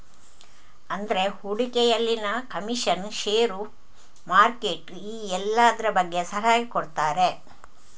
ಅಂದ್ರೆ ಹೂಡಿಕೆಯಲ್ಲಿನ ಕಮಿಷನ್, ಷೇರು, ಮಾರ್ಕೆಟ್ ಈ ಎಲ್ಲದ್ರ ಬಗ್ಗೆ ಸಲಹೆ ಕೊಡ್ತಾರೆ